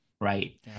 right